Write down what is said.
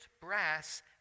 brass